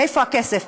איפה הכסף?